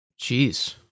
Jeez